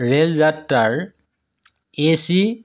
rail যাত্ৰাৰ A C